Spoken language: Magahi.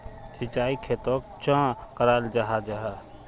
सिंचाई खेतोक चाँ कराल जाहा जाहा?